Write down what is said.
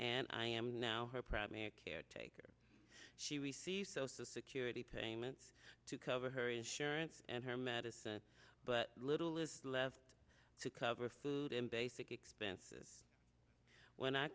and i am now her probably a care taker she receives social security payments to cover her insurance and her medicine but little is left to cover food and basic expenses when i